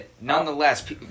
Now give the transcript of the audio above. nonetheless